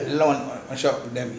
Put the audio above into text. இத்தலம்:ithulam I'll shop with them